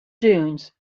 dunes